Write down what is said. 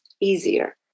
easier